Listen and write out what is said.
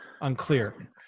unclear